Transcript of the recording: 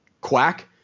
quack